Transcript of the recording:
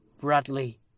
Bradley